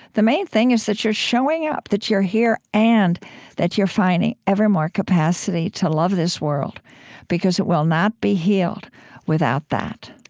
the main thing is that you're showing up, that you're here, and that you're finding ever more capacity to love this world because it will not be healed without that.